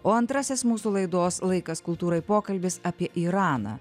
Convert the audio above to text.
o antrasis mūsų laidos laikas kultūrai pokalbis apie iraną